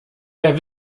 der